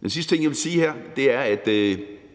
Den sidste ting, jeg vil sige her, er, at